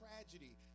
tragedy